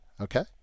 Okay